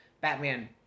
Batman